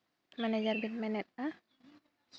ᱢᱟᱱᱮ ᱡᱟᱦᱟᱸ ᱨᱮᱵᱮᱱ ᱢᱮᱱᱮᱫᱼᱟ